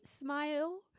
smile